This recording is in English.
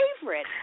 favorite